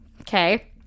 okay